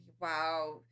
Wow